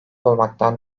olmaktan